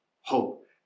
hope